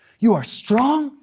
you are strong,